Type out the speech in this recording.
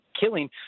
killing